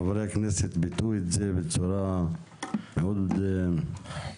חברי הכנסת ביטאו את זה בצורה מאוד חדה,